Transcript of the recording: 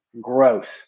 gross